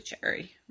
cherry